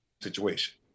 situation